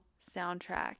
soundtrack